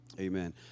Amen